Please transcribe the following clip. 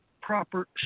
proper